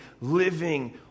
living